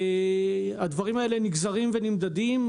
הדברים האלה נגזרים ונמדדים,